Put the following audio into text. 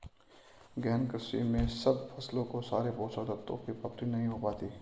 गहन कृषि में सब फसलों को सारे पोषक तत्वों की प्राप्ति नहीं हो पाती